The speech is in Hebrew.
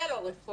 זה לא רפורמה,